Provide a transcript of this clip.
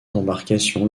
embarcations